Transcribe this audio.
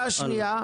שנייה.